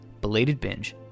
belatedbinge